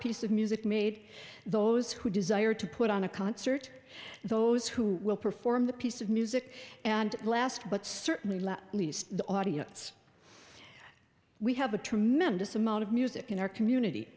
piece of music made those who desire to put on a concert those who will perform the piece of music and last but certainly least the audience we have a tremendous amount of music in our community